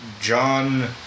John